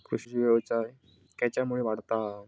कृषीव्यवसाय खेच्यामुळे वाढता हा?